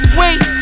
wait